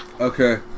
Okay